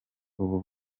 ubu